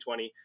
2020